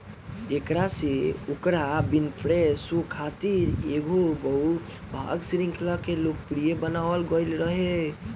एकरा से ओकरा विनफ़्रे शो खातिर एगो बहु भाग श्रृंखला के लोकप्रिय बनावल गईल रहे